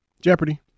Jeopardy